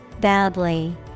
badly